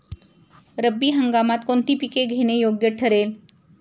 रब्बी हंगामात कोणती पिके घेणे योग्य ठरेल?